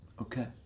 Okay